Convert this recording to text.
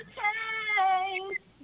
change